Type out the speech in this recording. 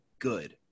good